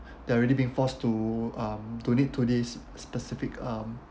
they're already being forced to um donate to this specific um